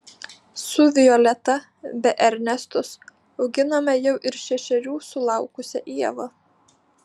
su violeta be ernestos auginame jau ir šešerių sulaukusią ievą